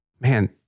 Man